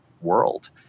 world